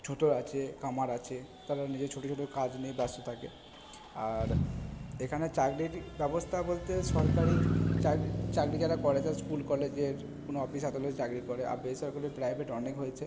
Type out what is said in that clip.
ছুতোর আছে কামার আছে তারা নিজের ছোটো ছোটো কাজ নিয়ে ব্যস্ত থাকে আর এখানে চাকরির ব্যবস্থা বলতে সরকারি চাকরি যারা করে তারা স্কুল কলেজের কোনো অফিসার হলে চাকরি করে আর বেসরকারি প্রাইভেট অনেক হয়েছে